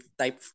type